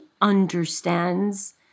understands